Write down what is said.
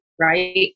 right